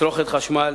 תצרוכת חשמל,